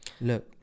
Look